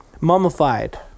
Mummified